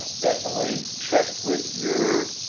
definitely check with your